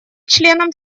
членам